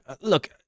look